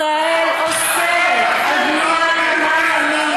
ישראל אוסרת בניית נמל ימי,